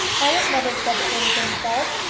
i have never said that there was any fault.